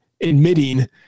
admitting